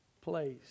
place